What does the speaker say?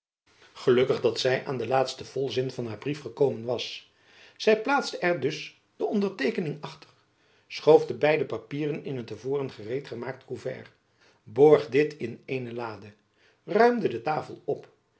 gelukkig dat zy aan den laatsten volzin van haar brief gekomen was zy plaalste er dus de onderteekening achter schoof de beide brieven in een te voren gereed gemaakt koevert borg dit in eene lade ruimde de tafel op